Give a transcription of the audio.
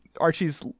Archie's